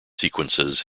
sequences